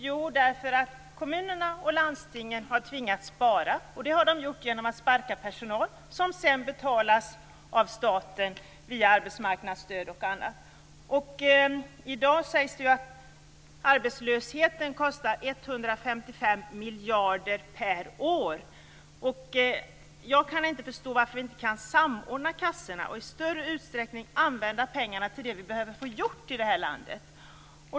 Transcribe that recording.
Jo, kommunerna och landstingen har tvingats spara, och det har de gjort genom att sparka personal, som sedan betalas av staten via arbetsmarknadsstöd och annat. I dag sägs det att arbetslösheten kostar 155 miljarder per år. Jag kan inte förstå varför vi inte kan samordna kassorna och i större utsträckning använda pengarna till det vi behöver få gjort i det här landet.